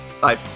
Bye